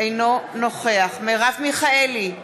אינו נוכח מרב מיכאלי,